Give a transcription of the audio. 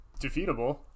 defeatable